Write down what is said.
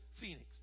Phoenix